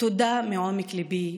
תודה מעומק ליבי,